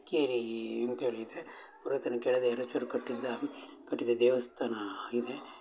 ಇಕ್ಕೇರೀ ಅಂತೇಳಿ ಇದೆ ಪುರಾತನ ಕೆಳದಿ ಅರಸರು ಕಟ್ಟಿದ್ದ ಕಟ್ಟಿದ ದೇವಸ್ಥಾನ ಇದೆ